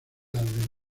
del